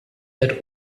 had